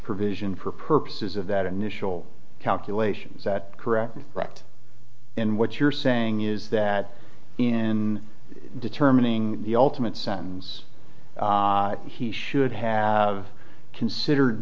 provision for purposes of that initial calculations that correct correct and what you're saying is that in determining the ultimate sentence he should have considered